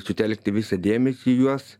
sutelkti visą dėmesį į juos